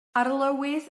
arlywydd